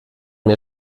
mir